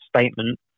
statement